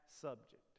subject